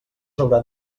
hauran